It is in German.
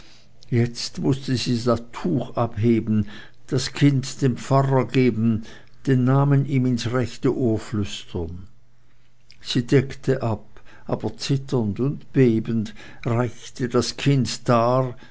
jetzt mußte sie das tuch abheben das kind dem pfarrer geben den namen ihm ins rechte ohr flüstern sie deckte ab aber zitternd und bebend reichte das kind dar